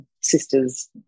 sister's